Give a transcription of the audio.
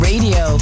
Radio